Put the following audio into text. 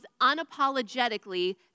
unapologetically